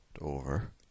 over